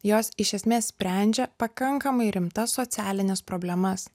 jos iš esmės sprendžia pakankamai rimtas socialines problemas